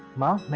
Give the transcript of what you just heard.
mom.